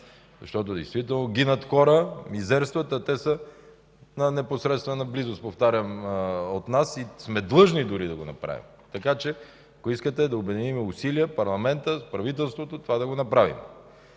Защото действително гинат хора, мизерстват, а те са, повтарям, в непосредствена близост до нас. И сме длъжни дори да го направим. Така че, ако искате, да обединим усилията на парламента, правителството това да го направим.